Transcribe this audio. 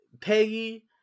Peggy